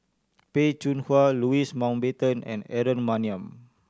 Peh Chin Hua Louis Mountbatten and Aaron Maniam